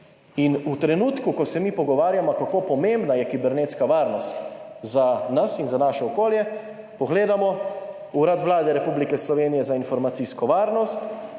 In v trenutku, ko se mi pogovarjamo, kako pomembna je kibernetska varnost za nas in za naše okolje, pogledamo Urad Vlade Republike Slovenije za informacijsko varnost